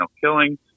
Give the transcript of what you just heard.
killing